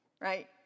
Right